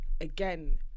again